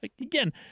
Again